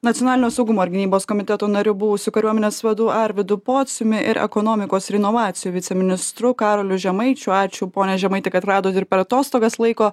nacionalinio saugumo ir gynybos komiteto nariu buvusiu kariuomenės vadu arvydu pociumi ir ekonomikos ir inovacijų viceministru karoliu žemaičiu ačiū pone žemaiti kad radot ir per atostogas laiko